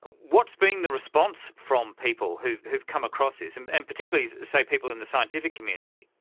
what's been the response from people who've who've come across this, and and particularly say people in the scientific community?